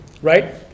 right